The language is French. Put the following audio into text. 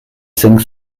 cinq